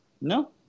No